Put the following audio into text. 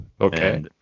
Okay